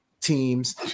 teams